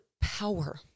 power